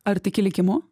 ar tiki likimu